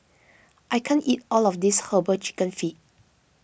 I can't eat all of this Herbal Chicken Feet